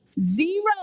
Zero